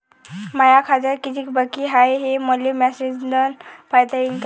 माया खात्यात कितीक बाकी हाय, हे मले मेसेजन पायता येईन का?